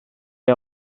est